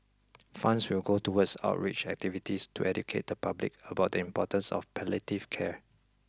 funds will go towards outreach activities to educate the public about the importance of palliative care